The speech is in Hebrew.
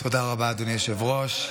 תודה רבה, אדוני היושב-ראש.